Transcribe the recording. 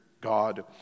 God